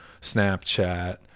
snapchat